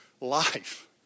Life